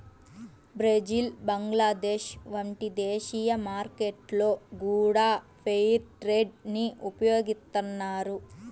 Brazil Bangladesh వంటి దేశీయ మార్కెట్లలో గూడా ఫెయిర్ ట్రేడ్ ని ఉపయోగిత్తన్నారు